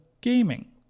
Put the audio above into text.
gaming